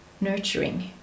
nurturing